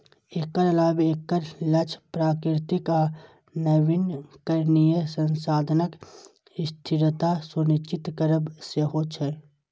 एकर अलावे एकर लक्ष्य प्राकृतिक आ नवीकरणीय संसाधनक स्थिरता सुनिश्चित करब सेहो छै